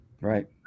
Right